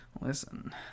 Listen